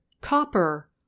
copper